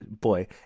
boy